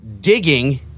digging